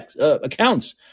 accounts